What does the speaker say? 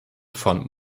von